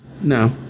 No